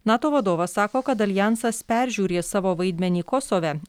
nato vadovas sako kad aljansas peržiūrės savo vaidmenį kosove